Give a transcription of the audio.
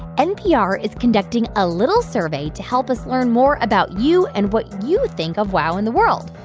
npr is conducting a little survey to help us learn more about you and what you think of wow in the world.